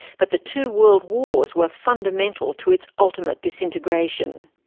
but the two world wars were fundamental to its ultimate disintegration.